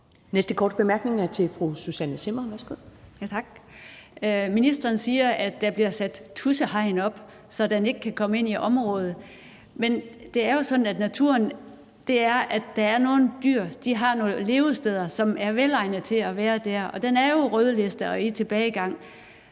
Zimmer. Værsgo. Kl. 19:19 Susanne Zimmer (FG): Tak. Ministeren siger, at der bliver sat tudsehegn op, så den ikke kan komme ind i området. Men det er jo sådan i naturen, at der er nogle dyr, der har nogle levesteder, som er velegnede for dem at være i. Og den er jo rødlistet og i tilbagegang,